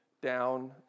down